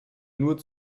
nur